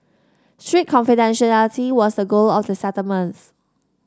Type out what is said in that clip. strict confidentiality was the goal of the settlements